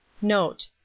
Note